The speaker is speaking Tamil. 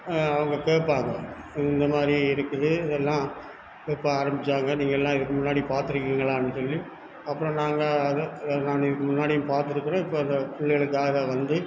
அவங்க கேட்பாங்க இந்த மாதிரி இருக்குது இதெல்லாம் எப்போ ஆரம்பித்தாங்க நீங்கள் எல்லாம் இதுக்கு முன்னாடி பாத்திருக்கீங்களான்னு சொல்லி அப்புறம் நாங்கள் நாங்கள் இதுக்கு முன்னாடியும் பாத்துருக்கிறோம் இப்போ இந்த புள்ளைகளுக்காக வந்து